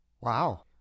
Wow